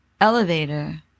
elevator